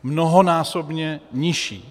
Mnohonásobně nižší.